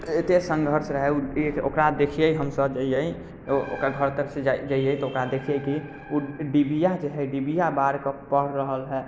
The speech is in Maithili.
एते संघर्ष रहै ओकरा देखियै हम सभ जइया ओकरा घर तरफ से जइया तऽ ओकरा देखियै कि ओ डिबिआ जे है डिबिआ बार कऽ पढ़ि रहल है